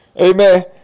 Amen